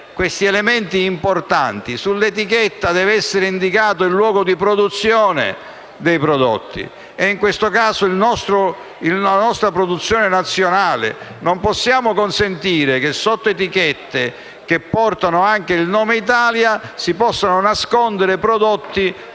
questi elementi importanti? Sull'etichetta deve essere indicato il luogo di produzione dei prodotti. Si tratta, in questo caso, della nostra produzione nazionale. Non possiamo consentire che, sotto etichette che portano anche il nome Italia, si possano nascondere merci